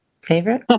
favorite